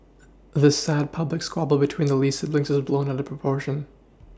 this sad public squabble between the Lee siblings is blown out of proportion